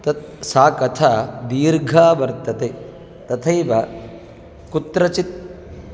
तत् सा कथा दीर्घा वर्तते तथैव कुत्रचित्